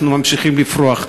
אנחנו ממשיכים לפרוח.